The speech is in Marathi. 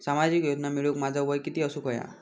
सामाजिक योजना मिळवूक माझा वय किती असूक व्हया?